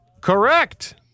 correct